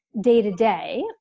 day-to-day